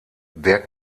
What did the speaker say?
der